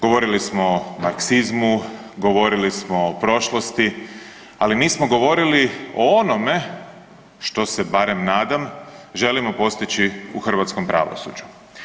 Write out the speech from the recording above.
Govorili smo o Marksizmu, govorili smo o prošlosti, ali nismo govorili o onome, što se barem nadam, želimo postići u hrvatskom pravosuđu.